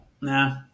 Nah